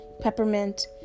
peppermint